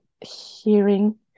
hearing